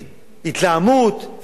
התלהמות, זה הפתרון.